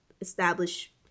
establish